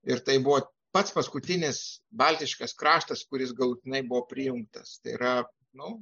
ir tai buvo pats paskutinis baltiškas kraštas kuris galutinai buvo prijungtas tai yra nu